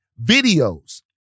videos